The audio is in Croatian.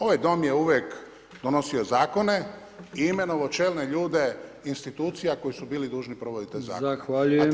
Ovaj Dom je uvijek donosio zakone i imenovao čelne ljude institucija koji su bili dužni provoditi taj zakon.